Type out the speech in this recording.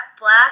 Black